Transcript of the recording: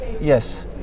yes